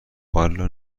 والا